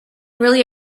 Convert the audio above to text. really